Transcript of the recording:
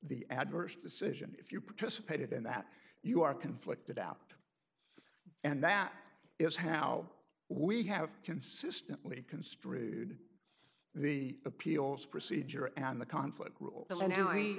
the adverse decision if you participated in that you are conflicted out and that is how we have consistently construed the appeals procedure and the conflict ru